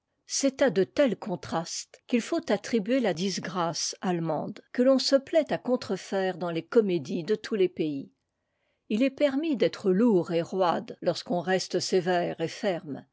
c'est à de tels contrastes qu'il faut attribuer la disgrâce allemande que t'on se plaît à contrefaire dans les comédies de tous les pays t est permis d'être lourd et roide lorsqu'on reste sévère et ferme